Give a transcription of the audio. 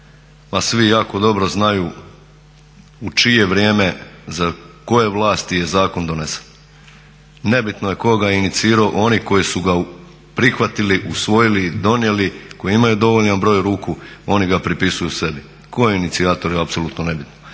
Pa svi jako dobro znaju u čije vrijeme za koje vlasti je zakon donesen. Nebitno je tko ga je inicirao, oni koji su ga prihvatili, usvojili i donijeli, koji imaju dovoljan broj ruku oni ga pripisuju sebi. Tko je inicijator je apsolutno nebitno.